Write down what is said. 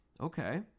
okay